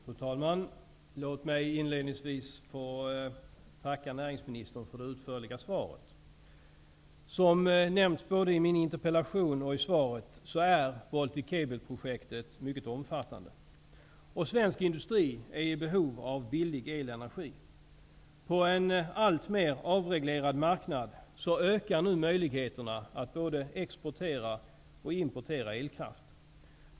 Fru talman! Låt mig inledningsvis tacka näringsministern för det utförliga svaret. Som nämnts både i min interpellation och i svaret är Baltic Cable-projektet mycket omfattande. Svensk industri är i behov av billig elenergi. På en alltmer avreglerad marknad ökar nu möjligheterna att både exportera och importera elkraft.